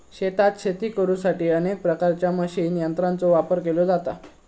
शेतात शेती करुसाठी अनेक प्रकारच्या मशीन यंत्रांचो वापर केलो जाता